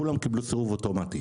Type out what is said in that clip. כולם קיבלו סירוב אוטומטי.